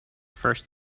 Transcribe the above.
first